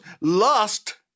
lust